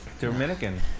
Dominican